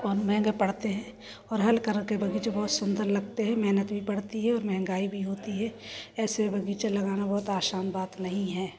महँगे पड़ते हैं और हर कलर के बहुत सुंदर लगते हैं मेहनत भी पड़ती है और महँगाई भी होती है ऐसे बगीचे लगाना बहुत आसान बात नहीं है